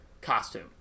costume